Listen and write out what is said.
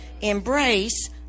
embrace